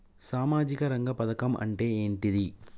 సామాజిక రంగ పథకం అంటే ఏంటిది?